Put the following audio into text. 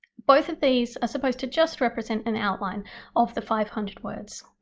both of these are supposed to just represent an outline of the five hundred words.